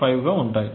5 గా ఉంటాయి